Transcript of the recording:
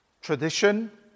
tradition